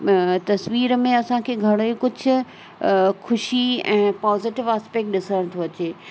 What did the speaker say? तस्वीर में असांखे घणेई कुझु ख़ुशी ऐं पॉजीटिव आस्पेक्ट ॾिसणु थो अचे